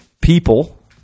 People